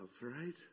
right